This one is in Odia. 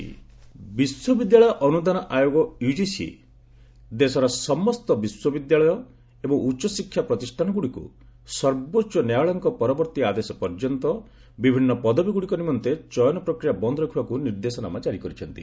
ୟୁଜିସି ଟିଚର୍ସ ବିଶ୍ୱ ବିଦ୍ୟାଳୟ ଅନୁଦାନ ଆୟୋଗ ୟୁଜିସି ଦେଶର ସମସ୍ତ ବିଶ୍ୱବିଦ୍ୟାଳୟ ଏବଂ ଉଚ୍ଚଶିକ୍ଷା ପ୍ରତିଷ୍ଠାନଗୁଡ଼ିକୁ ସର୍ବୋଚ୍ଚ ନ୍ୟାୟାଳୟଙ୍କ ପରବର୍ତ୍ତୀ ଆଦେଶ ପର୍ଯ୍ୟନ୍ତ ବିଭିନ୍ନ ପଦବୀଗୁଡ଼ିକ ନିମନ୍ତେ ଚୟନ ପ୍ରକ୍ରିୟା ବନ୍ଦ ରଖିବାକୁ ନିର୍ଦ୍ଦେଶନାମା ଜାରି କରିଛନ୍ତି